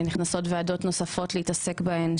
שנכנסות ועדות נוספות לעסוק בהן,